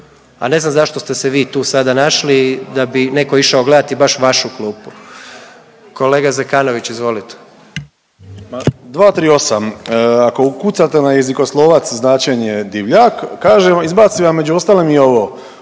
A ne znam zašto ste se vi tu sada našli da bi neko išao gledati baš vašu klupu? Kolega Zekanović izvolite. **Zekanović, Hrvoje (HDS)** 238., ako ukucate na Jezikoslovac značenje „divljak“, kaže vam, izbaci vam među ostalim i ovo